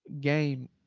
game